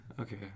okay